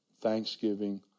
thanksgiving